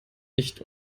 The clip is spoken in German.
nicht